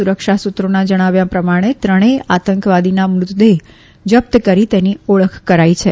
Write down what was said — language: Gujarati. સુરક્ષા સૂત્રોના જણાવ્યા પ્રમાણે ત્રણેય આતંકવાદીના મૃતદેહ જપ્ત કરી તેની ઓળખ કરાઈ રહી છે